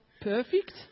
perfect